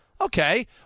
okay